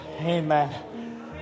Amen